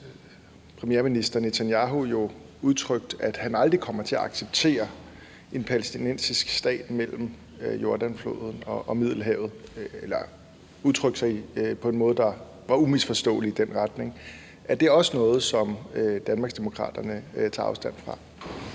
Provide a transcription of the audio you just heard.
premierminister, Netanyahu, jo udtrykt, at han aldrig kommer til at acceptere en palæstinensisk stat mellem Jordanfloden og Middelhavet – eller han har udtrykt sig på en måde, der var umisforståelig i den retning. Er det også noget, som Danmarksdemokraterne tager afstand fra?